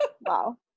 Wow